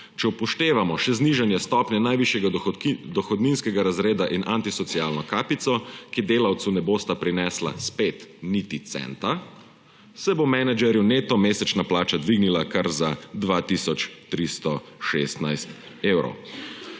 Če upoštevamo še znižanje stopnje najvišjega dohodninskega razreda in antisocialno kapico, ki delavcu ne bosta prinesla, spet, niti centa, se bo menedžerju neto mesečna plača dvignila kar za 2 tisoč 316 evrov.